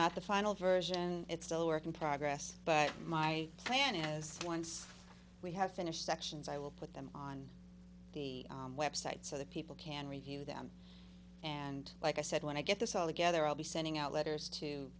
not the final version it's still a work in progress but my plan is once we have finished sections i will put them on the website so that people can review them and like i said when i get this all together i'll be sending out letters to